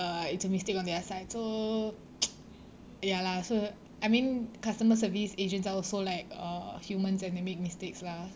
uh it's a mistake on their side so ya lah so I mean customer service agents are also like uh humans and they make mistakes lah